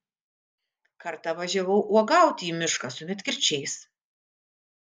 kartą važiavau uogauti į mišką su medkirčiais